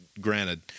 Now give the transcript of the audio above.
granted